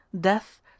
Death